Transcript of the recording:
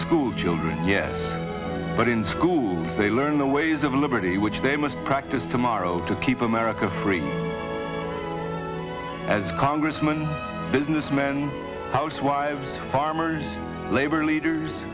school children yes but in school they learn the ways of liberty which they must practice tomorrow to keep america free as congressman businessmen housewives farmers labor leaders